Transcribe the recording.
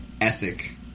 ethic